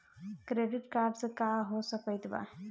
Credit card से का हो सकइत बा?